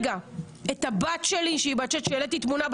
את הבת שלי בת השש שאת תמונתה העליתי